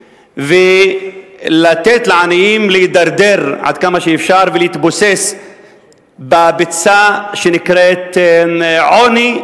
ולתת לעניים להידרדר עד כמה שאפשר ולהתבוסס בביצה שנקראת עוני,